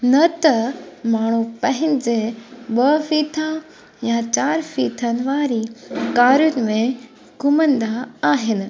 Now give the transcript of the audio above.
न त माण्हू पंहिंजे ॿ फीथा या चारि फीथनि वारी कारुनि में घुमंदा आहिनि